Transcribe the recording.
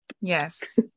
Yes